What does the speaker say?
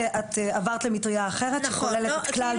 את עברת למטריה אחרת שכוללת את כלל